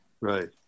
Right